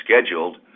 scheduled